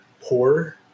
poor